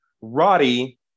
Roddy